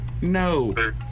no